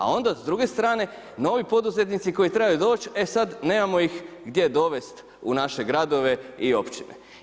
A onda s druge strane novi poduzetnici koji trebaju doći e sad nemamo ih gdje dovesti u naše gradove i općine.